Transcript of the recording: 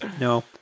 No